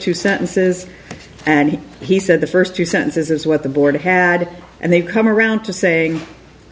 two sentences and he said the first two sentences is what the board had and they come around to saying